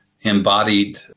embodied